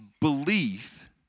belief